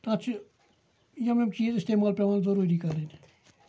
اتھ چھِ یِم یِم چیٖز اِستعمال پیٚوان ضروٗری کَرٕنۍ